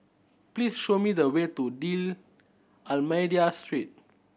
please show me the way to D'Almeida Street